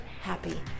happy